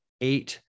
eight